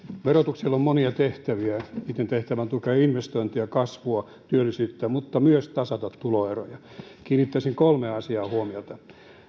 verotuksella on monia tehtäviä sen tehtävä on tukea investointeja kasvua työllisyyttä mutta myös tasata tuloeroja kiinnittäisin kolmeen asiaan huomiota